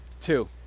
two